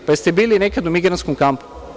Da li ste bili nekada u migrantskom kampu?